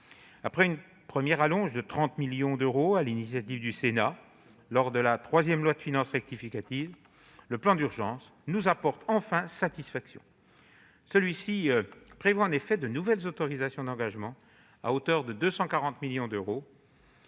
Après une première rallonge de 30 millions d'euros, sur l'initiative du Sénat, dans la troisième loi de finances rectificative, le plan de relance nous apporte enfin satisfaction. Celui-ci prévoit en effet de nouvelles autorisations d'engagement à hauteur de 240 millions d'euros,